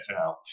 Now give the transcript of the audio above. out